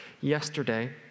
Yesterday